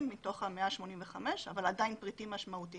מתוך 185 אבל עדיין פריטים משמעותיים.